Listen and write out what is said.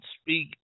speak